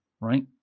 right